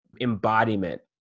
embodiment